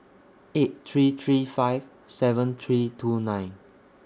eight three three five seven three two nine